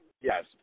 yes